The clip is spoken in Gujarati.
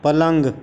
પલંગ